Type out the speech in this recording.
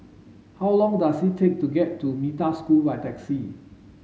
how long does it take to get to Metta School by taxi